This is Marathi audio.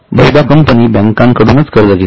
बहुधा कंपनी बँकांकडूनच कर्ज घेते